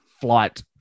flight